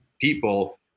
people